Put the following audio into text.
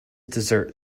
dessert